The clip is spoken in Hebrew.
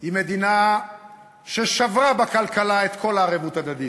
היא מדינה ששברה בכלכלה את כל הערבות ההדדית,